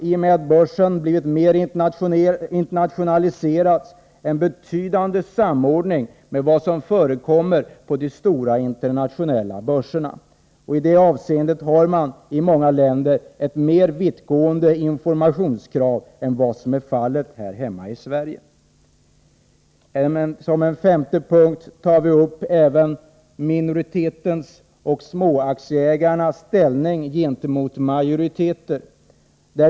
I och med att börsen har blivit mer internationaliserad behövs en betydande samordning med vad som förekommer på de stora internationella börserna. I detta avseende har man i många länder ett mer vittgående informationskrav än som är fallet här hemma i Sverige. Såsom en femte punkt tar vi upp minoritetens och de små aktieägarnas ställning gentemot majoriteten.